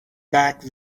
back